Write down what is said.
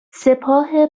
سپاه